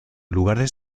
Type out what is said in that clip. lugares